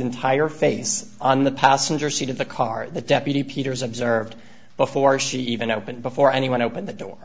entire face on the passenger seat of the car the deputy peters observed before she even opened before anyone opened the door